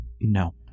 No